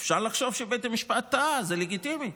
אפשר לחשוב שבית המשפט טעה, זה לגיטימי,